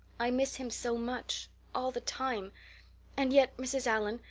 i miss him so much all the time and yet, mrs. allan,